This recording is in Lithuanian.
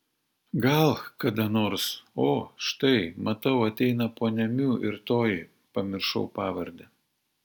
gal kada nors o štai matau ateina ponia miu ir toji pamiršau pavardę